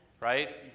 Right